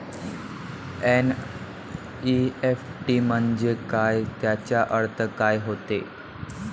NEFT म्हंजे काय, त्याचा अर्थ काय होते?